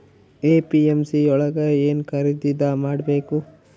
APMC ಯೊಳಗ ಏನ್ ಖರೀದಿದ ಮಾಡ್ಬೇಕು?